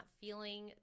feeling